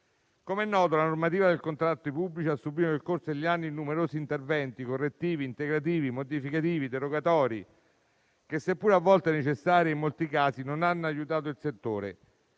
Come è noto, la normativa dei contratti pubblici ha subito nel corso degli anni numerosi interventi correttivi, integrativi, modificativi, derogatori che, seppure a volte necessari, in molti casi non hanno aiutato il settore;